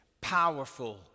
powerful